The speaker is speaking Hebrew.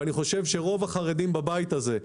ואני חושב שרוב החרדים בבית הזה,